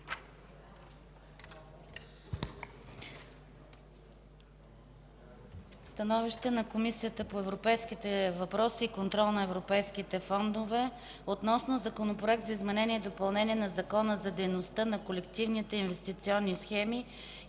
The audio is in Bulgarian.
„СТАНОВИЩЕ на Комисията по европейските въпроси и контрол на европейските фондове относно Законопроект за изменение и допълнение на Закона за дейността на колективните инвестиционни схеми